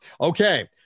okay